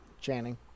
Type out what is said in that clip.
Channing